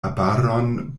arbaron